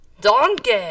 Donkey